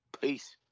Peace